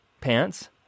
pants